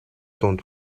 дунд